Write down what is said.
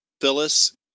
Phyllis